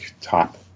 top